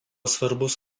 svarbus